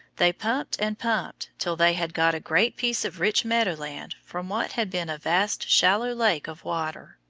they pumped and pumped till they had got a great piece of rich meadow-land from what had been a vast shallow lake of water.